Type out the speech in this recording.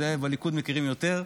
את זה בליכוד מכירים יותר.